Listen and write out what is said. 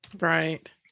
right